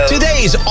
Today's